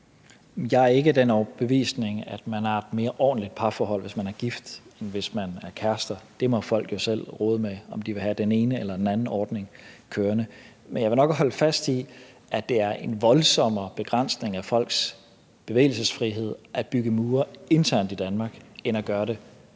Jeg er ikke af den overbevisning, at man er i et mere ordentligt parforhold, hvis man er gift, end hvis man er kærester. Det må folk jo selv rode med – om de vil have den ene eller den anden ordning kørende. Men jeg vil nok holde fast i, at det er en voldsommere begrænsning af folks bevægelsesfrihed at bygge mure internt i Danmark end at gøre det